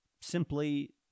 Simply